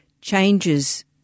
changes